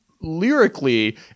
lyrically